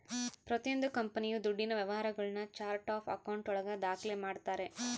ಪ್ರತಿಯೊಂದು ಕಂಪನಿಯು ದುಡ್ಡಿನ ವ್ಯವಹಾರಗುಳ್ನ ಚಾರ್ಟ್ ಆಫ್ ಆಕೌಂಟ್ ಒಳಗ ದಾಖ್ಲೆ ಮಾಡ್ತಾರೆ